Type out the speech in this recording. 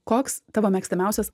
koks tavo mėgstamiausias